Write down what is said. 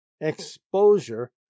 exposure